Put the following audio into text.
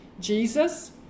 Jesus